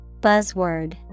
Buzzword